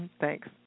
Thanks